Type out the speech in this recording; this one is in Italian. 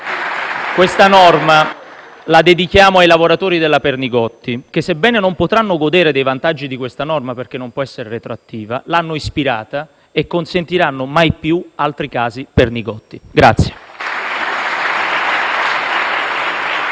Questa norma la dedichiamo ai lavoratori della Pernigotti, che sebbene non potranno godere dei vantaggi di questa norma perché non può essere retroattiva, l'hanno ispirata e non consentirà mai più altri casi Pernigotti.